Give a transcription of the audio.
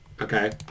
Okay